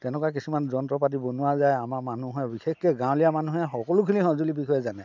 তেনেকুৱা কিছুমান যন্ত্ৰ পাতি বনোৱা যায় আমাৰ মানুহে বিশেষকৈ গাঁৱলীয়া মানুহে সকলোখিনি সঁজুলিৰ বিষয়ে জানে